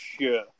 sure